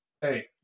Hey